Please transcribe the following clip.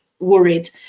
worried